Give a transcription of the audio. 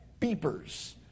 beepers